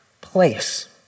place